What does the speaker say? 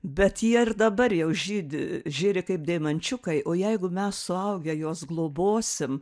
bet jie ir dabar jau žydi žėri kaip deimančiukai o jeigu mes suaugę juos globosim